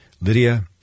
Lydia